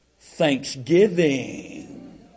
Thanksgiving